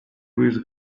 louise